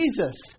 Jesus